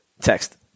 text